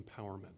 empowerment